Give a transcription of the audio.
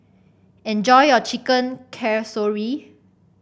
enjoy your Chicken Casserole